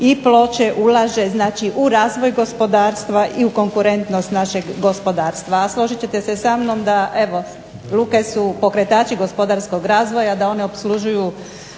i Ploče ulaže znači u razvoj gospodarstva i u konkurentnost našeg gospodarstva. A složit ćete se sa mnom da evo luke su pokretači gospodarskog razvoja, da one opslužuju